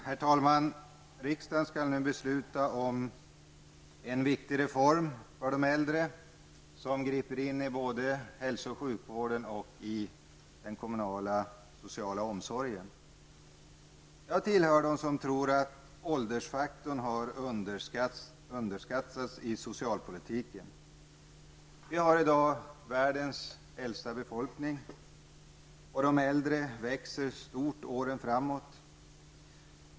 Herr talman! Riksdagen skall nu besluta om en viktig reform för de äldre, som griper in både i hälso och sjukvården och i den kommunala sociala omsorgen. Jag tillhör dem som tror att åldersfaktorn har underskattats i socialpolitiken. Vi har i dag världens äldsta befolkning. Och antalet äldre växer stort framöver.